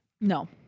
No